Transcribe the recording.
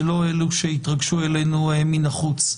ולא אלו שהתרגשו עלינו מן החוץ.